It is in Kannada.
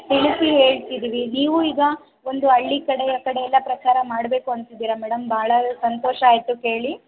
ತಿಳಿಸಿ ಹೇಳ್ತಿದ್ದೀವಿ ನೀವೂ ಈಗ ಒಂದು ಹಳ್ಳಿ ಕಡೆ ಆ ಕಡೆ ಎಲ್ಲ ಪ್ರಚಾರ ಮಾಡಬೇಕು ಅಂತಿದ್ದೀರ ಮೇಡಮ್ ಬಹಳ ಸಂತೋಷ ಆಯಿತು ಕೇಳಿ